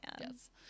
Yes